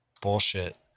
bullshit